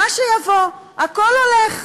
מה שיבוא, הכול הולך.